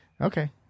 Okay